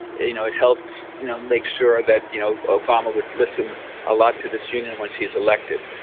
you know, it helped, you know, make sure that, you know, obama would listen a lot to this union once he is elected.